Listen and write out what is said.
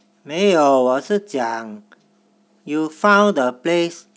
没有我是讲 you found the place